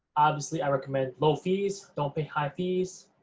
obviously, i recommend low fees. don't pay high fees,